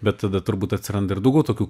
bet tada turbūt atsiranda ir daugiau tokių